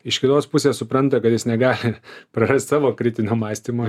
iš kitos pusės supranta kad jis negali prarast savo kritinio mąstymo